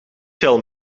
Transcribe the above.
veel